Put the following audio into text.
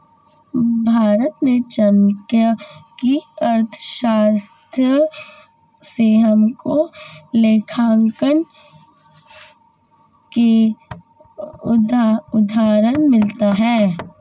भारत में चाणक्य की अर्थशास्त्र से हमको लेखांकन के उदाहरण मिलते हैं